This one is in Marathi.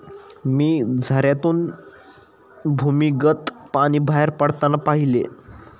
मी झऱ्यातून भूमिगत पाणी बाहेर पडताना पाहिले